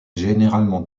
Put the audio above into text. généralement